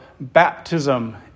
baptism